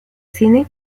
cine